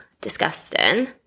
Disgusting